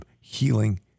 healing